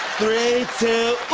three, two ooh!